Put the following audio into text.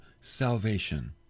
salvation